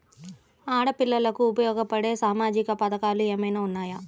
ఆడపిల్లలకు ఉపయోగపడే సామాజిక పథకాలు ఏమైనా ఉన్నాయా?